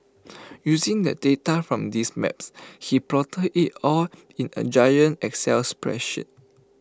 using the data from these maps he plotted IT all in A giant excel spreadsheet